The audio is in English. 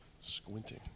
squinting